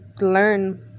learn